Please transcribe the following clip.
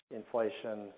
inflation